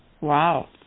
Wow